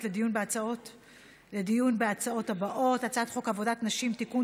לדיון בהצעות הבאות: הצעת חוק עבודת נשים (תיקון,